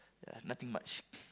ya nothing much